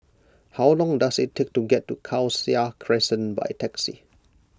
how long does it take to get to Khalsa Crescent by taxi